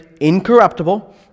incorruptible